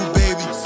baby